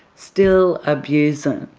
still abusing.